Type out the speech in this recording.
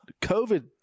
COVID